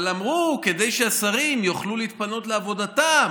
אבל אמרו, כדי שהשרים יוכלו להתפנות לעבודתם,